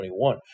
2021